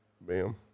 bam